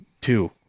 Two